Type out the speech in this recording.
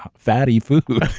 fatty food.